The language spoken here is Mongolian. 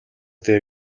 дээр